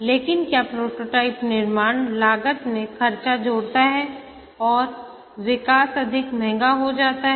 लेकिन क्या प्रोटोटाइप निर्माण लागत में खर्चा जोड़ता है और विकास अधिक महंगा हो जाता है